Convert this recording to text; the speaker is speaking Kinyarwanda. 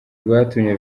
rwatumye